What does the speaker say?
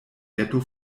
ghetto